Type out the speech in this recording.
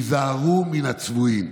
היזהרו מן הצבועים.